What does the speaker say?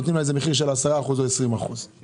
שנותנים להם מחיר של 10 או 20 אחוזים.